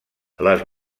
les